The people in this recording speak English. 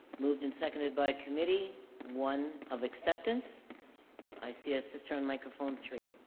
moved and seconded by committee one of acceptance i see a sister on microphone three